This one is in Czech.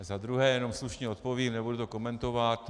Za druhé, jenom slušně odpovím, nebudu to komentovat.